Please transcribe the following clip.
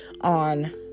on